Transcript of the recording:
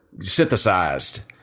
synthesized